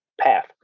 path